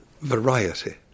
variety